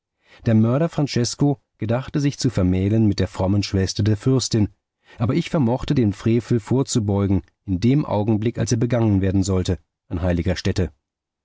der mörder francesko gedachte sich zu vermählen mit der frommen schwester der fürstin aber ich vermochte dem frevel vorzubeugen in dem augenblick als er begangen werden sollte an heiliger stätte